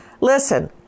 listen